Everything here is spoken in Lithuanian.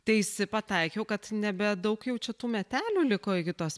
teisi pataikiau kad nebedaug jau čia tų metelių liko iki tos